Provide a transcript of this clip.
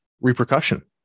repercussion